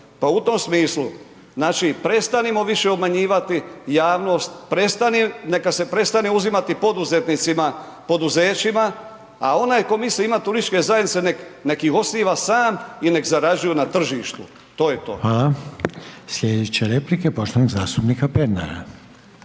pa u tom smislu, znači, prestanimo više obmanjivati javnost, neka se prestane uzimati poduzetnicima, poduzećima, a onaj tko misli imati turističke zajednice, nek ih osniva sam i nek zarađuju na tržištu, to je to. **Reiner, Željko (HDZ)** Hvala. Slijedeće replike poštovanog zastupnika Pernara.